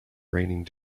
raining